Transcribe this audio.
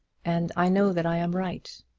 and i know that i am right.